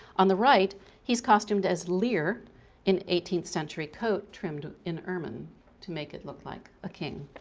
on the right he's costumed as lear in eighteenth century coat trimmed in ermine to make it look like a king.